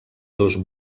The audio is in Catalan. dos